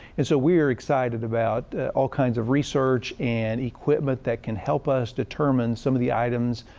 and so we are excited about all kinds of research and equipment that can help us determine some of the items,